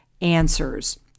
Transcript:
answers